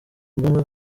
ngombwa